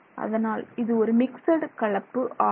அதனால் இது ஒரு மிக்ஸட் கலப்பு ஆகும்